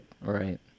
Right